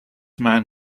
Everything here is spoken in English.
man